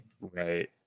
right